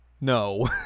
No